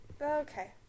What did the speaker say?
Okay